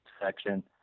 section